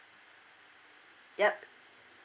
yup